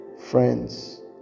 Friends